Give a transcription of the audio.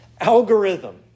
algorithm